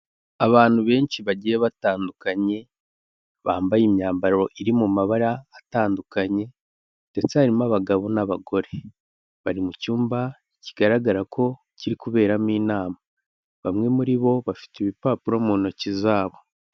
Abantu benshi bagiye batandukanye bambaye imyambaro iri mu mabara atandukanye ndetse harimo abagabo n'abagore, bari mu cyumba kigaragara ko kiri kuberamo inama, bamwe muri bo bafite ibipapuro mu ntoki zabo.